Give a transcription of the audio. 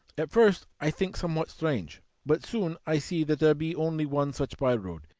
at first i think somewhat strange, but soon i see that there be only one such by-road.